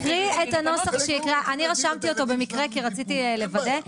אז שתקריא את הנוסח -- אני רשמתי אותו במקרה כי רציתי לוודא.